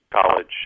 college